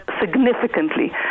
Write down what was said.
significantly